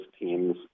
teams